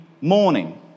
morning